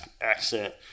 accent